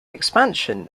expansion